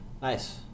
Nice